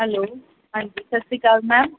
hello ਹਾਂਜੀ ਸਤਿ ਸ਼੍ਰੀ ਅਕਾਲ ਮੈਮ